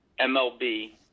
MLB